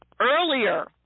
earlier